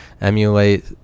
emulate